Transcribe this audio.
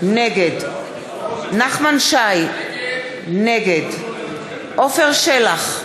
נגד נחמן שי, נגד עפר שלח,